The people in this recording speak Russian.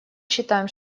считаем